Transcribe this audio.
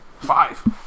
Five